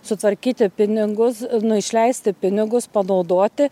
sutvarkyti pinigus nu išleisti pinigus panaudoti